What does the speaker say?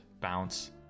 bounce